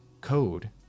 code